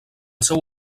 seu